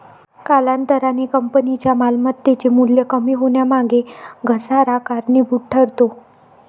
कालांतराने कंपनीच्या मालमत्तेचे मूल्य कमी होण्यामागे घसारा कारणीभूत ठरतो